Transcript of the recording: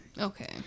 okay